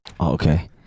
okay